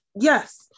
yes